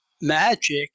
magic